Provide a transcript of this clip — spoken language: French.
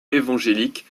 évangélique